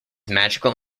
magical